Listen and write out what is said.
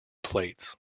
plates